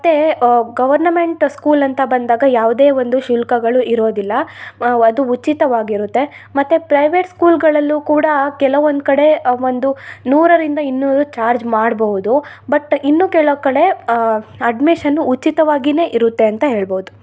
ಮತ್ತು government school ಅಂತ ಬಂದಾಗ ಯಾವುದೇ ಒಂದು ಶುಲ್ಕಗಳು ಇರೋದಿಲ್ಲ ಅದು ಉಚಿತವಾಗಿರುತ್ತೆ ಮತ್ತು ಪ್ರೈವೇಟ್ ಸ್ಕೂಲ್ಗಳಲ್ಲು ಕೂಡ ಕೆಲವೊಂದು ಕಡೆ ಒಂದು ನೂರರಿಂದ ಇನ್ನೂರು ಚಾರ್ಜ್ ಮಾಡ್ಬಹುದು ಬಟ್ ಇನ್ನು ಕೆಲವುಕಡೆ ಅಡ್ಮಿಷನ್ನು ಉಚಿತವಾಗಿ ಇರುತ್ತೆ ಅಂತ ಹೇಳ್ಬೌದು